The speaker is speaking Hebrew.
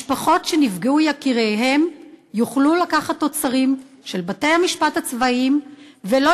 משפחות שנפגעו יקיריהן יוכלו לקחת תוצרים של בתי-המשפט הצבאיים ולא